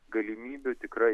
galimybių tikrai